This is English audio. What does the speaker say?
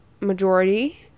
majority